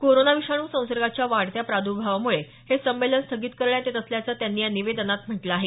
corona विषाणू संसर्गाच्या वाढत्या प्रादुर्भावामुळे हे संमेलन स्थगित करण्यात येतं असल्याचं त्यांनी या निवेदनात म्हटलं आहे